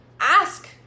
Ask